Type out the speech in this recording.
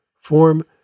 form